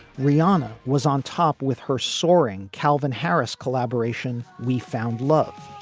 riana was on top with her soaring calvin harris collaboration we found love